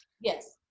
Yes